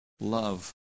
love